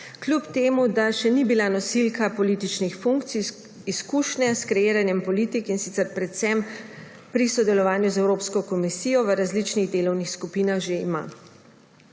družbe. Čeprav še ni bila nosilka političnih funkcij, izkušnje s kreiranjem politik, in sicer predvsem pri sodelovanju z Evropsko komisijo, v različnih delovnih skupinah že ima.